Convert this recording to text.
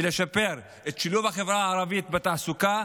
לשפר, שילוב החברה הערבית בתעסוקה.